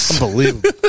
Unbelievable